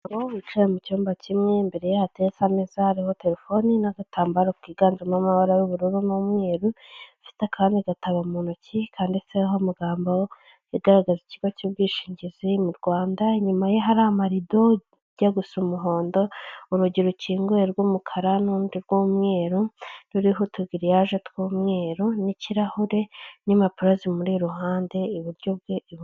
Bicaye mu cyumba kimwe imbere ye hateretse ameza hariho telefoni n'agatambaro ku kiganjemo amabara y'ubururu n'umweru, bafite akandi gatabo mu ntoki kandi hariho amagambo agaragaza ikigo cy'ubwishingizi mu Rwanda, inyuma ye hari amarido ajya gusa umuhondo urugi rukinguye rw'umukara n'urundi rw'umweru ruriho utugiriyaje tw'umweru n'ikirahure, n'impapuro zimuri iruhande iburyo bwe.